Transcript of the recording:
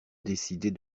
décider